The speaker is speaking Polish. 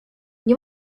nie